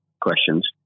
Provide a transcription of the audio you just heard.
questions